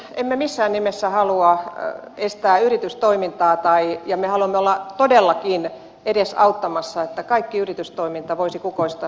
emme missään nimessä halua estää yritystoimintaa ja me haluamme olla todellakin edesauttamassa että kaikki yritystoiminta voisi kukoistaa suomessa